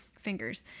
fingers